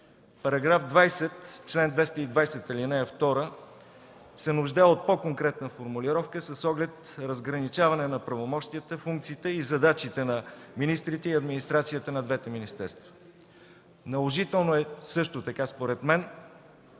В § 20 – чл. 220, ал. 2 се нуждае от по-конкретна формулировка с оглед разграничаване на правомощията, функциите и задачите на министрите и администрацията на двете министерства. Наложително е също така, според мен,